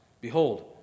Behold